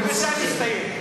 ובזה נסיים.